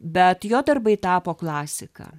bet jo darbai tapo klasika